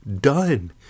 done